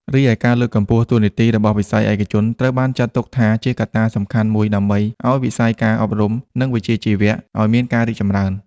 រីឯការលើកកម្ពស់តួនាទីរបស់វិស័យឯកជន ត្រូវបានចាត់ទុកថាជាកត្តាសំខាន់មួយដើម្បីឱ្យវិស័យការអប់រំ និងវិជ្ជាជីវៈ ឲ្យមានភាពរីកចម្រើន។